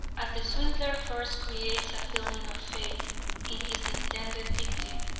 as the swindler first creates a feeling of faith in his intended victim,